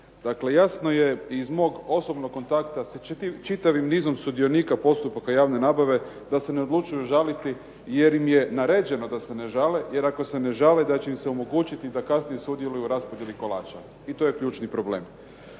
Dakle, jasno je iz mog osobnog kontakta sa čitavim nizom sudionika postupaka javne nabave da se ne odlučuju žaliti jer im je naređeno da se ne žale, jer ako se ne žale da će im se omogućiti da kasnije sudjeluju u raspodjeli kolača i to je ključni problem.